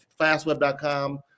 FastWeb.com